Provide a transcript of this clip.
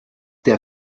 der